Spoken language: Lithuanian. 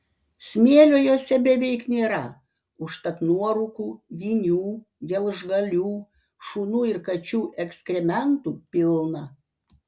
smėlio jose beveik nėra užtat nuorūkų vinių gelžgalių šunų ir kačių ekskrementų pilna